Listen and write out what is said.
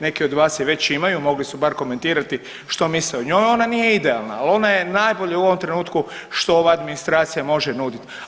Neki od vas je već imaju, mogli su bar komentirati što misle o njoj, ona nije idealna, ali ona je najbolje u ovom trenutku što ova administracija može nudit.